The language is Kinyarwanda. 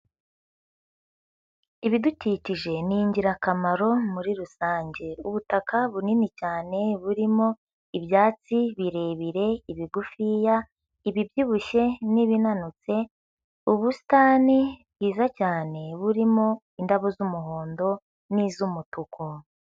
Ibidukikije ni ingirakamaro muri rusange, ubutaka bunini cyane burimo ibyatsi birebire, ibigufiya, ibibyibushye n'ibinanutse. Ubusitani bwiza cyane burimo indabo z'umuhondo n'iz'umutuku.